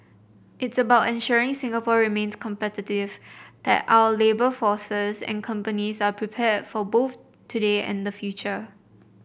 it's about ensuring Singapore remains competitive that our labour forces and companies are prepared for both today and the future